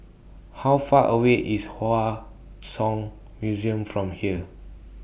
How Far away IS Hua Song Museum from here